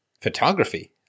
Photography